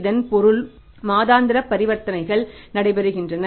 இதன் பொருள் மாதாந்திர பரிவர்த்தனைகள் நடைபெறுகின்றன